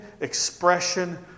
expression